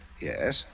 Yes